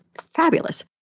fabulous